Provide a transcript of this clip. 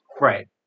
right